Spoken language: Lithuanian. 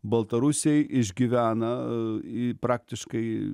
baltarusiai išgyvena i praktiškai